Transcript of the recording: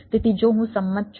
તેથી જો હું સંમત છું